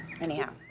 anyhow